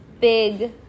big